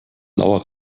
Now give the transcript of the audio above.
blauer